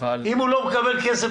אם הוא לא מקבל כסף,